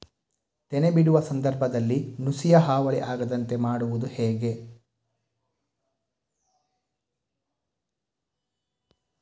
ತೆನೆ ಬಿಡುವ ಸಂದರ್ಭದಲ್ಲಿ ನುಸಿಯ ಹಾವಳಿ ಆಗದಂತೆ ಮಾಡುವುದು ಹೇಗೆ?